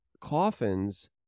coffins